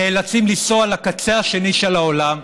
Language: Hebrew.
נאלצים לנסוע לקצה השני של העולם,